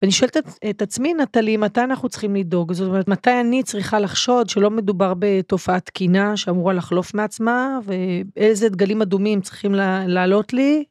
ואני שואלת את עצמי, נטלי, מתי אנחנו צריכים לדאוג? זאת אומרת, מתי אני צריכה לחשוד שלא מדובר בתופעת תקינה שאמורה לחלוף מעצמה, ואיזה דגלים אדומים צריכים לעלות לי?